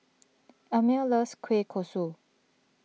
Amir loves Kueh Kosui